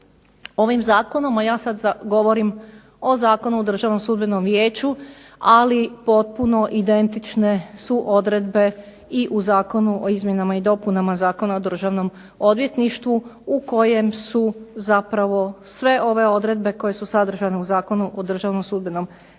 Ovim zakonom, a ja sad govorim o Zakonu o Državnom sudbenom vijeću, ali potpuno identične su odredbe i u Zakonu o izmjenama i dopunama Zakona o Državnom odvjetništvu u kojem su zapravo sve ove odredbe koje su sadržane u Zakona o Državnom sudbenom vijeću